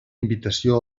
invitació